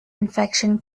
infection